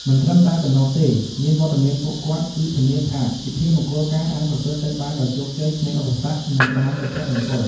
មិនត្រឹមតែប៉ុណ្ណោះទេ មានវត្តមានពួកគាត់ គឺធានាថាពិធីមង្គលការអាចប្រព្រឹត្តទៅបានដោយជោគជ័យ គ្មានឧបសគ្គ និងបានសុភមង្គល។